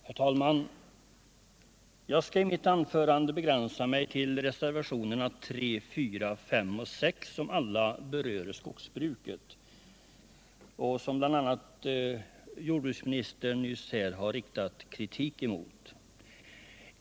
Herr talman! Jag skall i mitt anförande begränsa mig till reservationerna 3, 4,5 och 6, som alla berör skogsbruket och mot vilka bl.a. jordbruksministern här har riktat kritik.